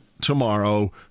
Tomorrow